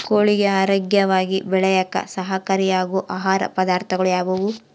ಕೋಳಿಗೆ ಆರೋಗ್ಯವಾಗಿ ಬೆಳೆಯಾಕ ಸಹಕಾರಿಯಾಗೋ ಆಹಾರ ಪದಾರ್ಥಗಳು ಯಾವುವು?